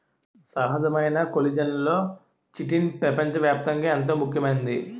సహజమైన కొల్లిజన్లలో చిటిన్ పెపంచ వ్యాప్తంగా ఎంతో ముఖ్యమైంది